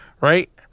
right